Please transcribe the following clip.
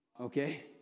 okay